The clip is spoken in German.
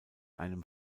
einem